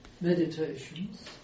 meditations